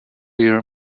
year